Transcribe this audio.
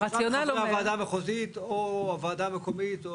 הרציונל אומר --- רק חברי הוועדה המחוזית או